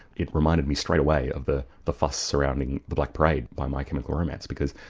it reminded me straight away of the the fuss surrounding the black parade by my chemical romance because,